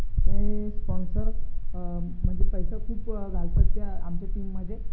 ते स्पॉन्सर म्हणजे पैसा खूप घालतात ते आमच्या टीममध्ये